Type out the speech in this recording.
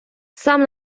сам